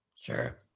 sure